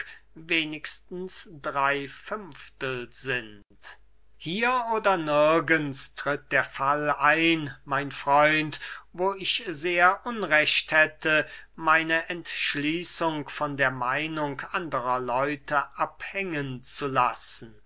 wenigstens drey fünftel sind hier oder nirgends tritt der fall ein mein freund wo ich sehr unrecht hätte meine entschließung von der meinung anderer leute abhängen zu lassen